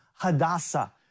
Hadassah